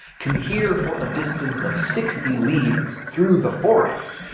can hear for a distance of sixty leagues through the forest,